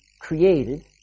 created